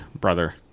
brother